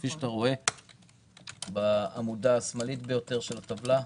כפי שאתה רואה בעמודה השמאלית בטבלה.